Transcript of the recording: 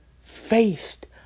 faced